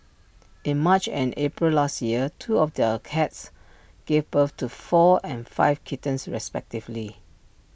in March and April last year two of their cats gave birth to four and five kittens respectively